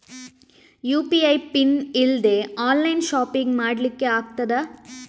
UPI PIN ಇಲ್ದೆ online shopping ಮಾಡ್ಲಿಕ್ಕೆ ಆಗ್ತದಾ?